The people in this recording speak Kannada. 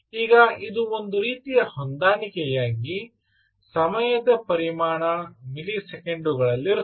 ಈಗ ಇದು ಒಂದು ರೀತಿಯ ಹೊಂದಾಣಿಕೆಯಾಗಿ ಸಮಯದ ಪರಿಮಾಣ ಮಿಲಿಸೆಕೆಂಡುಗಳಲ್ಲಿರುತ್ತದೆ